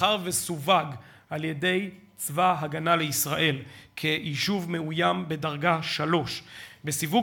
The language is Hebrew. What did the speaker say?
מאחר שסווג על-ידי צבא הגנה לישראל כיישוב מאוים בדרגה 3. בסיווג